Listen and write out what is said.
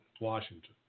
Washington